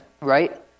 right